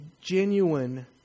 genuine